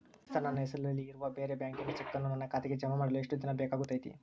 Sir ನನ್ನ ಹೆಸರಲ್ಲಿ ಇರುವ ಬೇರೆ ಬ್ಯಾಂಕಿನ ಚೆಕ್ಕನ್ನು ನನ್ನ ಖಾತೆಗೆ ಜಮಾ ಮಾಡಲು ಎಷ್ಟು ದಿನ ಬೇಕಾಗುತೈತಿ?